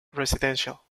residential